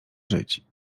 żyć